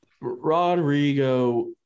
Rodrigo